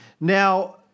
Now